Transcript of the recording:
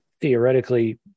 theoretically